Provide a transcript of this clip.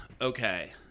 Okay